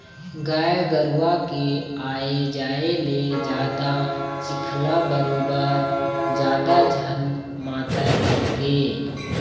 गाय गरूवा के आए जाए ले जादा चिखला बरोबर जादा झन मातय कहिके